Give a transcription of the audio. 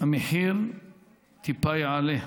המחיר טיפה יעלה.